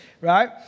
right